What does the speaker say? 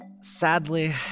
Sadly